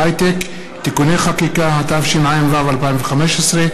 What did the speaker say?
התשע"ה 2015,